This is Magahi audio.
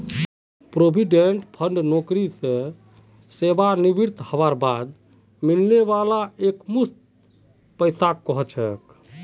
प्रोविडेंट फण्ड नौकरी स सेवानृवित हबार बाद मिलने वाला एकमुश्त पैसाक कह छेक